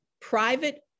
private